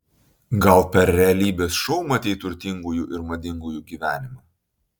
gal per realybės šou matei turtingųjų ir madingųjų gyvenimą